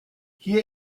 hier